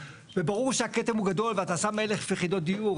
ברור שהכתם הוא גדול ואתה שם 1,000 יחידות דיור,